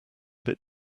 bit